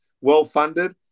well-funded